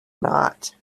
not